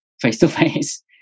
face-to-face